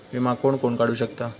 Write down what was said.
विमा कोण कोण काढू शकता?